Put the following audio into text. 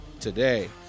today